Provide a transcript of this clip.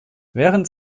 während